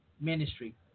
ministry